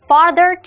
Farther